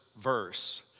verse